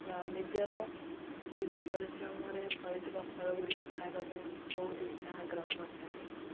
ନିଜର ନିଜ ପରିଶ୍ରମରେ ଫଳିଥିବା ଫଳ ଗୁଡ଼ିକୁ ଖାଇବା ପାଇଁ ବହୁତ ଇଚ୍ଛା ଆଗ୍ରହ କରିଥାନ୍ତି